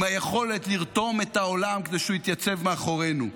עם היכולת לרתום את העולם כדי שהוא יתייצב מאחורינו,